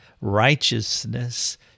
righteousness